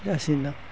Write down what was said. जासिगोन दां